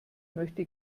möchte